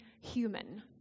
human